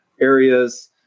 areas